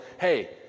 hey